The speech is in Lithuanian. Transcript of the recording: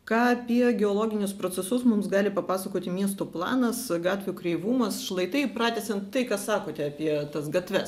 ką apie geologinius procesus mums gali papasakoti miesto planas gatvių kreivumas šlaitai pratęsiant tai ką sakote apie tas gatves